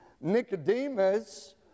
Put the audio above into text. Nicodemus